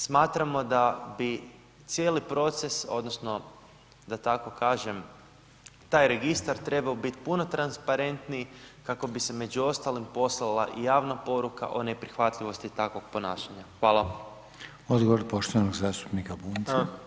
Smatramo da bi cijeli proces, odnosno da tako kažem taj registar treba biti puno transparentniji kako bi se među ostalom poslala i javna poruka o neprihvatljivosti takvog ponašanja.